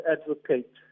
advocate